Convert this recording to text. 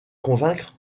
convaincre